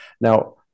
Now